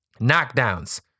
Knockdowns